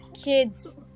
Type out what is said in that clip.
Kids